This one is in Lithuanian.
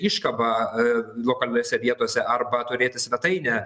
iškabą lokaliose vietose arba turėti svetainę